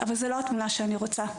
אבל זו לא התמונה שאני רוצה.